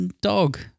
dog